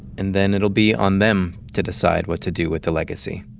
and then it'll be on them to decide what to do with the legacy